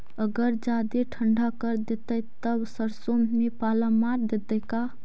अगर जादे ठंडा कर देतै तब सरसों में पाला मार देतै का?